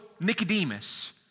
Nicodemus